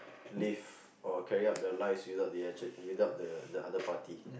live or carry their lives without the other party